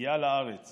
מגיעה לארץ